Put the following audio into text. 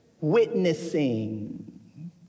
Witnessing